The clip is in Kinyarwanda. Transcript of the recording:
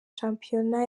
shampiyona